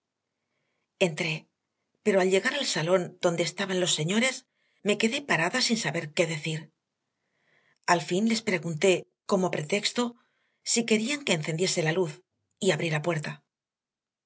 entré pero al llegar al salón donde estaban los señores me quedé parada sin saber qué decir al fin les pregunté como pretexto si querían que encendiese la luz y abrí la puerta